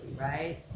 right